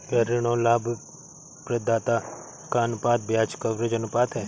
क्या ऋण और लाभप्रदाता का अनुपात ब्याज कवरेज अनुपात है?